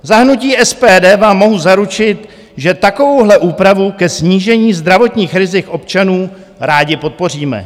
Za hnutí SPD vám mohu zaručit, že takovouhle úpravu ke snížení zdravotních rizik občanů rádi podpoříme.